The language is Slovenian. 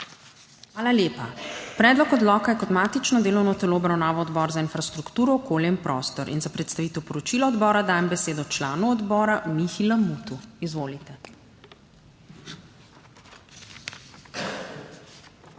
Hvala lepa. Predlog odloka je kot matično delovno telo obravnaval Odbor za infrastrukturo, okolje in prostor in za predstavitev poročila odbora dajem besedo članu odbora, Mihi Lamutu. Izvolite. MIHA